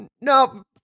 No